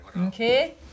Okay